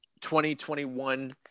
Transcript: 2021